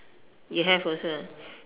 you have also